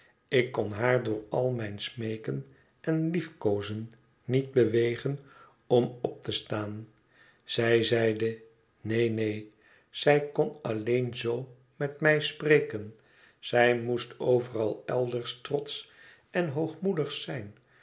ik kon haar door al mijn smeeken en liefkoozen niet bewegen om op te staan zij zeide neen neen zij kon alleen z met mij spreken zij moest overal elders trotsch en hoogmoedig zijn